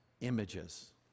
images